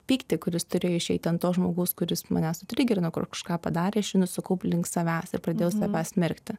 pyktį kuris turėjo išeiti ant to žmogaus kuris mane sutrigerino kažką padarė aš jį nusukau link savęs ir pradėjau save smerkti